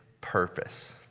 purpose